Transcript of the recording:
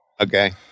Okay